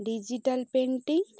digital painting